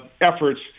efforts